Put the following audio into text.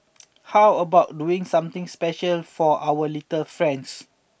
how about doing something special for our little friends